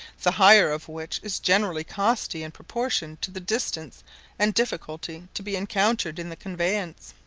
the hire of which is generally costly in proportion to the distance and difficulty to be encountered in the conveyance.